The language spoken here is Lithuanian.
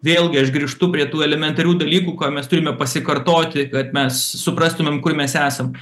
vėlgi aš grįžtu prie tų elementarių dalykų ką mes turime pasikartoti kad mes suprastumėm kur mes esam